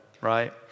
right